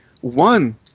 One